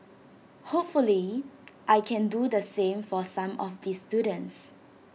hopefully I can do the same for some of the students